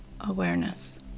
awareness